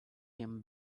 him